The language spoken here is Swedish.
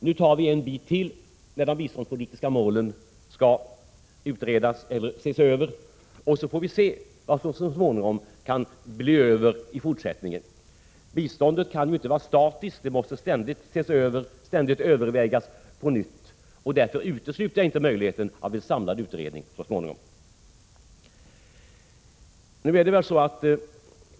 Nu tar vi en bit till, i och med att de biståndspolitiska målen skall ses över, och så får vi se vad som sedan kan bli över. Biståndet kan inte vara statiskt utan måste ständigt ses över, och därför utesluter jag inte möjligheten av en samlad utredning så småningom.